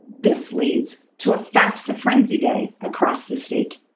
this leads to a fafsa frenzy day across the state.